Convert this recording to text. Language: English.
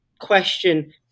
question